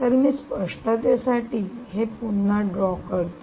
तर मी स्पष्टतेसाठी हे पुन्हा ड्रॉ करतो